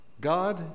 God